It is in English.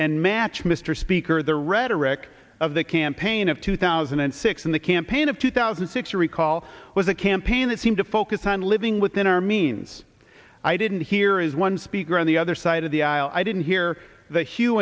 and match mr speaker the rhetoric of the campaign of two thousand and six and the campaign of two thousand and six to recall was a campaign that seemed to focus on living within our means i didn't here is one speaker on the other side of the aisle i didn't hear th